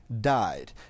died